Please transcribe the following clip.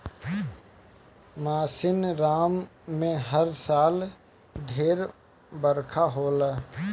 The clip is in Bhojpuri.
मासिनराम में हर साल ढेर बरखा होला